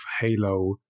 Halo